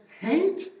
Hate